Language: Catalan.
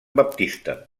baptista